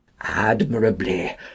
Admirably